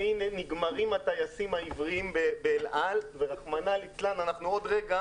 נגמרים הטייסים העבריים באל על ורחמנא ליצלן אנחנו עוד רגע